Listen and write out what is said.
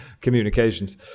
communications